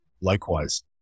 Likewise